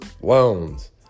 loans